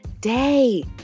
day